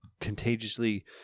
contagiously